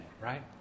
right